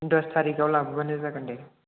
दस टारिगआव लाबोनानो जागोन दे